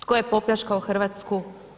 Tko je popljačkao Hrvatsku?